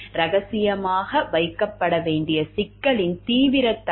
ரகசியமாக வைக்கப்பட வேண்டிய சிக்கலின் தீவிரத்தன்மை